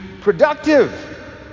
productive